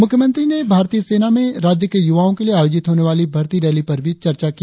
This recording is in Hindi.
मुख्यमंत्री ने भारतीय सेना में राज्य के युवाओ के लिए आयोजित होने वाली भर्ती रैली पर भी चर्चा की